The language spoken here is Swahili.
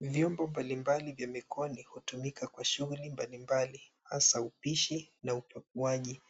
Vyombo mbalimbali vya mikonyo hutumika kwa shughuli mbalimbali hasa upishi na upakuaji.